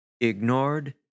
ignored